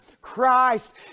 Christ